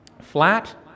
flat